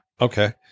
Okay